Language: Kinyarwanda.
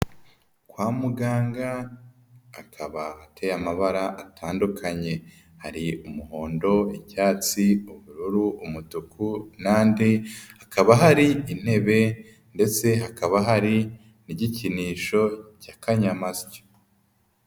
Kwa muganga hakaba hateye amabara atandukanye hari umuhondo, icyatsi, ubururu, umutuku n'andi, hakaba hari intebe ndetse hakaba hari n'igikinisho cy'akanyamasyo.